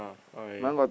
ah okay